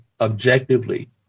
objectively